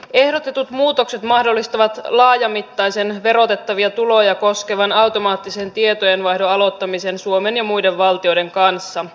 ehdotetut muutokset mahdollistavat laajamittaisen verotettavia tuloja koskevan automaattisen tietojenvaihdon aloittamisen suomen ja muiden valtioiden kanssa